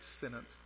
sentence